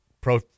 pro